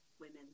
women